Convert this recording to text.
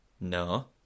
no